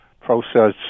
process